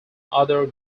other